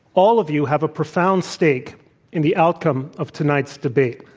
all of you have a profound stake in the outcome of tonight's debate.